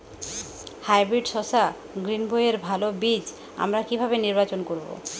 Hybrid শসা গ্রীনবইয়ের ভালো বীজ আমরা কিভাবে নির্বাচন করব?